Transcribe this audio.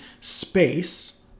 space